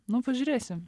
nu pažiūrėsim